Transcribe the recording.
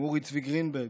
אורי צבי גרינברג,